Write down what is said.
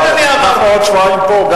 אנחנו עוד שבועיים פה.